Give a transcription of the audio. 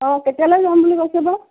অঁ কেতিয়ালৈ যাম বুলি কৈছে বা